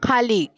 खाली